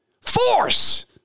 Force